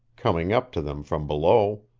coming up to them from below.